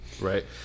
Right